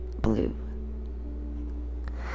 blue